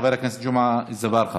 של חבר הכנסת ג'מעה אזברגה.